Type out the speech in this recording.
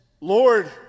Lord